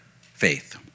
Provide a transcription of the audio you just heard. faith